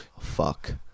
fuck